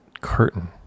curtain